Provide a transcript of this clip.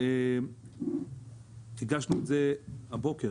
הגשנו את זה הבוקר